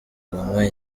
goma